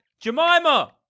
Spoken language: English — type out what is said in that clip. Jemima